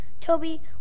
Toby